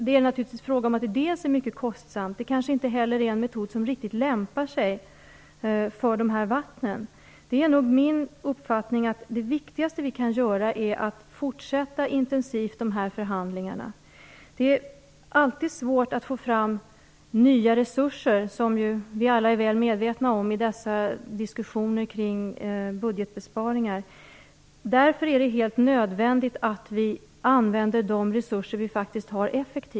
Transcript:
Det är naturligtvis dels en mycket kostsam metod, dels en metod som kanske inte riktigt lämpar sig för dessa vatten. Det är min uppfattning att det viktigaste vi kan göra är att intensivt fortsätta förhandlingarna. Det är alltid svårt att få fram nya resurser, vilket vi alla är väl medvetna om i dessa diskussioner kring budgetbesparingar. Det är därför helt nödvändigt att vi effektivt använder de resurser vi faktiskt har.